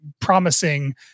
promising